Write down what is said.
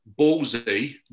ballsy